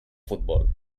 futbol